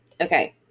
Okay